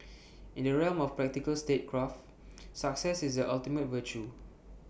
in the realm of practical statecraft success is the ultimate virtue